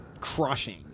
crushing